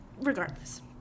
regardless